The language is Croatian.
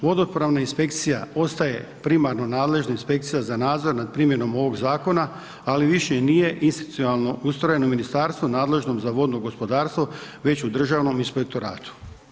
Vodopravna inspekcija ostaje primarno nadležna inspekcija za nadzor za primjenom ovog zakon ali više nije iz institucionalno ustrojeno u ministarstvu nadležnom za vodno gospodarstvo već u Državnom inspektoratu.